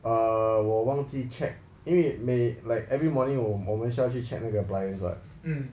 err 我忘记 check 因为 may like every morning 我我们需要去 check with 那个 appliances [what]